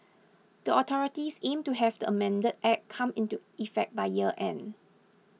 the authorities aim to have the amended Act come into effect by year end